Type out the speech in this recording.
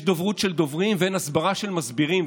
יש דוברות של דוברים ואין הסברה של מסבירים,